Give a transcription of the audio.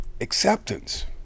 acceptance